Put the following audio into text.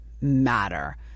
matter